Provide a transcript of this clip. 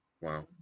Wow